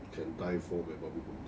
can die for my babi pongteh